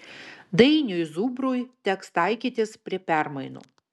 dainiui zubrui teks taikytis prie permainų